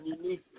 unique